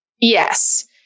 Yes